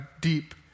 deep